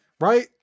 Right